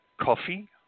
coffee